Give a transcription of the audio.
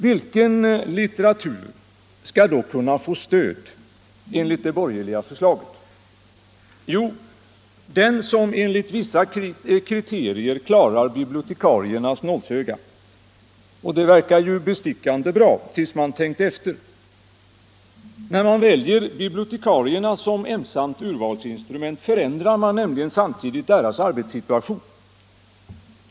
Vilken litteratur skall då kunna få stöd enligt det borgerliga förslaget? Jo, den som enligt vissa kriterier klarar bibliotekariernas nålsöga. Det verkar bestickande bra, tills man tänkt efter. När man väljer bibliotekarierna som ensamt urvalsinstrument förändrar man nämligen samtidigt deras arbetssituation.